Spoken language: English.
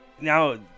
now